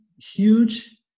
huge